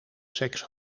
seks